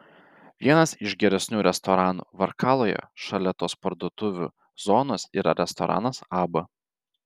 vienas iš geresnių restoranų varkaloje šalia tos parduotuvių zonos yra restoranas abba